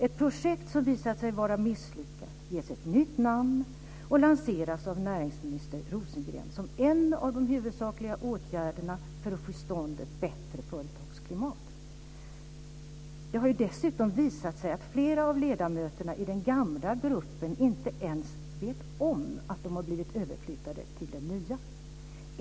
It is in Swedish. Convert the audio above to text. Ett projekt som visat sig vara misslyckat ges ett nytt namn och lanseras av näringsminister Rosengren som en av de huvudsakliga åtgärderna för att få till stånd ett bättre företagsklimat. Det har ju dessutom visat sig att flera av ledamöterna i den gamla gruppen inte ens vet om att de har blivit överflyttade till den nya.